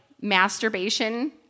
masturbation